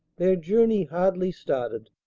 their journey hardly started,